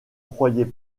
croyait